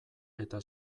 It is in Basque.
eta